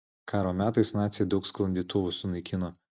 karo metais naciai daug sklandytuvų sunaikino